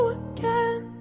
again